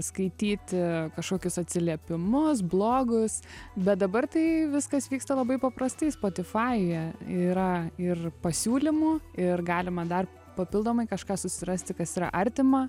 skaityti kažkokius atsiliepimus blogus bet dabar tai viskas vyksta labai paprastai spotifajuje yra ir pasiūlymų ir galima dar papildomai kažką susirasti kas yra artima